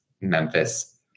Memphis